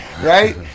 Right